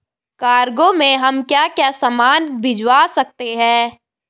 Cargo में हम क्या क्या सामान भिजवा सकते हैं?